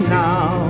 now